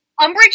Umbridge